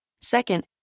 Second